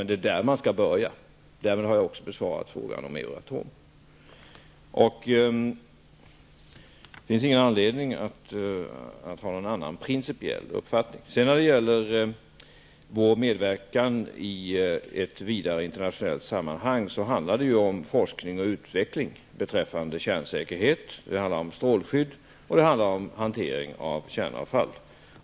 Det är där man skall börja. Därmed har jag också besvarat frågan om Euratom. Det finns ingen anledning att ha någon annan principiell uppfattning. Vår medverkan i ett vidare internationellt sammanhang handlar om forskning och utveckling beträffande kärnsäkerhet, strålskydd och hantering av kärnavfall.